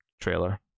trailer